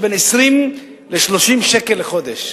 של בין 20 ל-30 שקל לחודש.